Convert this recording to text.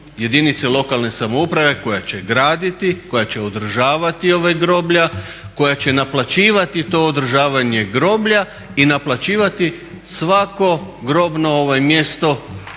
jedinice lokalne samouprave koja će graditi, koja će održavati ova groblja, koja će naplaćivati to održavanje groblja i naplaćivati svako grobno mjesto.